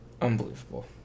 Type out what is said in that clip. Unbelievable